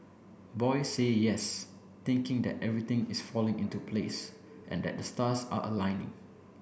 boy say yes thinking that everything is falling into place and that the stars are aligning